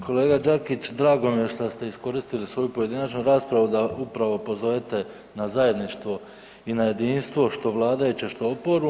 Kolega Đakić, drago mi je što ste iskoristili svoju pojedinačnu raspravu da upravo pozovete na zajedništvo i na jedinstvo što vladajuće, što oporbu.